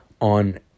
on